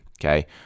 okay